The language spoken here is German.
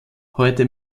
heute